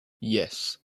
yes